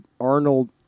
Arnold